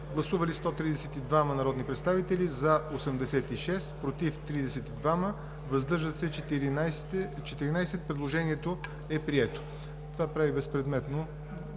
Гласували 132 народни представители: за 86, против 32, въздържали се 14. Предложението е прието. Това прави безпредметно